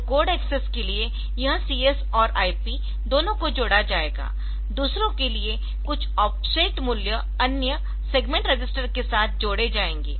तो code access के लिए यह CS और IP दोनों को जोड़ा जाएगा दूसरों के लिए कुछ ऑफसेट मूल्य अन्य सेगमेंट रजिस्टर के साथ जोड़े जाएंगे